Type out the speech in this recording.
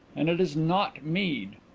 and it is not mead.